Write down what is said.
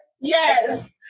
Yes